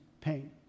pain